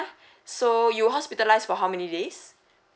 so you hospitalised for how many days